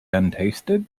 untasted